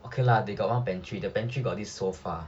okay lah they got one pantry the pantry got this sofa